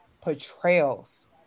portrayals